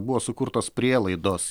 buvo sukurtos prielaidos